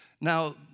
Now